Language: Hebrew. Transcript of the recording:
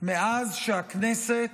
מאז הכנסת,